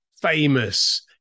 famous